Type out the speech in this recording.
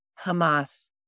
Hamas